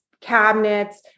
cabinets